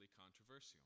controversial